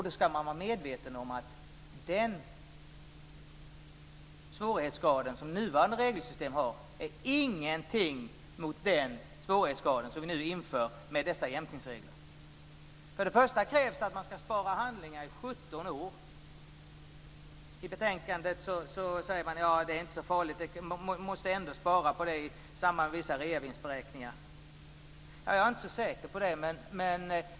Då ska vi vara medvetna om att den svårighetsgrad som nuvarande regelsystem har inte är någonting mot den svårighetsgrad som vi nu inför med dessa jämkningsregler. Först och främst krävs det att man ska spara handlingar i 17 år. I betänkandet säger man att det inte är så farligt. Man måste ändå spara på dem i samband med vissa reavinstberäkningar. Jag är inte så säker på det.